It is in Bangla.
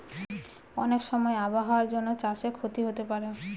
অনেক সময় আবহাওয়ার জন্য চাষে ক্ষতি হতে পারে